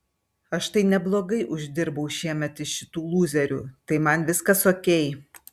aš tai neblogai uždirbau šiemet iš šitų lūzerių tai man viskas okei